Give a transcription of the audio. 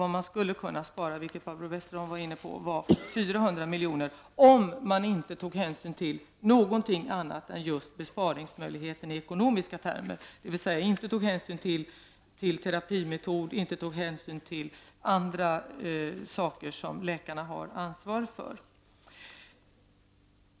Vad man skulle kunna spara i dag, vilket Barbro Westerholm var inne på, är 400 milj.kr., detta förutsatt att man inte tar hänsyn till någonting annat än just besparingsmöjligheten i ekonomiska termer, dvs. att man inte tar hänsyn till terapimetod och andra saker som läkarna har ansvar för.